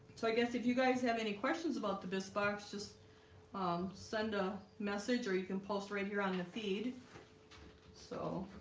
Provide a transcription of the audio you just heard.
so i guess if you guys have any questions about the bist box just um send a message or you can post right here on the feed so